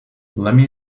lemme